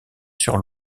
sur